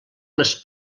les